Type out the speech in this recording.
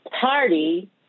party